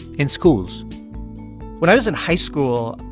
in schools when i was in high school,